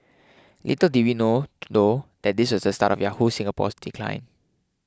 little did we know though that this was the start of Yahoo Singapore's decline